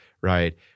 right